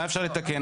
מה אפשר לתקן,